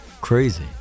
Crazy